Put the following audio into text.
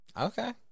Okay